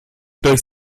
durch